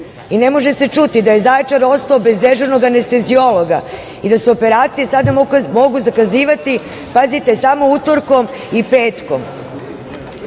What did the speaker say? i ne može se čuti da je Zaječar ostao bez dežurnog anesteziologa i da su operacije sada mogu zakazivati, pazite, samo utorkom i petkom. Može